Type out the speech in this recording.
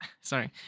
sorry